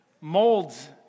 molds